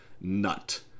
Nut